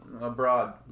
abroad